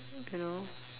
you know